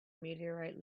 meteorite